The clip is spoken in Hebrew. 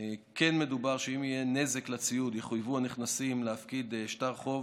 כן מדובר שלגבי נזק לציוד יחויבו הנכנסים להפקיד שטר חוב,